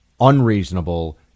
unreasonable